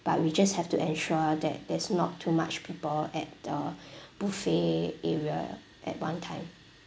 but we just have to ensure that there's not too much people at the buffet area at one time